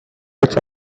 bet